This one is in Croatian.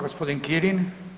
G. Kirin.